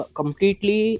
completely